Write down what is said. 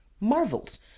Marvels